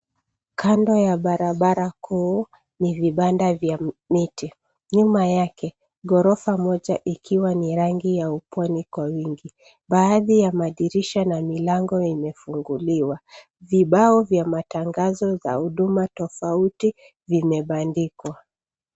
Kando ya barabara kuu ni vipanda vya miti. Nyuma yake ghorofa moja ikiwa ni rangi ya upwani kwa wingi, baadhi ya madirisha na milango imefunguliwa. Vibao vya matangazo za huduma tafouti vimepandikwa.